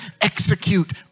execute